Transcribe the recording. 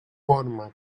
forma